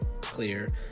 clear